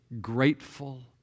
grateful